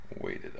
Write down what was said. Waited